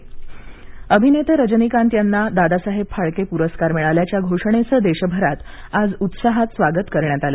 मोदी प्रतिक्रिया अभिनेते राजनीकांत यांना दादासाहेब फाळके पुरस्कार मिळाल्याच्या घोषणेचं देशभरात आज उत्साहात स्वागत करण्यात आलं